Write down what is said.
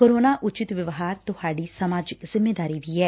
corona ਉਚਿਤ ਵਿਵਹਾਰ ਤੁਹਾਡੀ ਸਮਾਜਿਕ ਜਿੰਮੇਵਾਰੀ ਵੀ ਐ